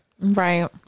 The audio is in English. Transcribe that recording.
Right